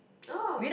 oh